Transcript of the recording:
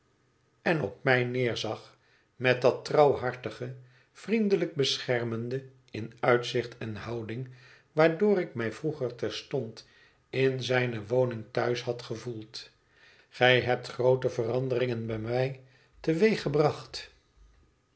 en op mij neerzag met dat trouwhartige vriendelijk beschermende in uitzicht en houding waardoor ik mij vroeger terstond in zijne woning thuis had gevoeld gij hebt groote veranderingen bij mij teweeggebracht